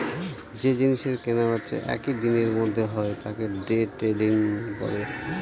যে জিনিসের কেনা বেচা একই দিনের মধ্যে হয় তাকে দে ট্রেডিং বলে